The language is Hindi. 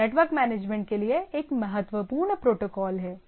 तो नेटवर्क मैनेजमेंट के लिए एक महत्वपूर्ण प्रोटोकॉल है